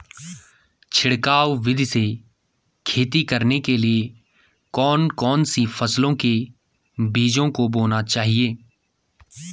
छिड़काव विधि से खेती करने के लिए कौन कौन सी फसलों के बीजों को बोना चाहिए?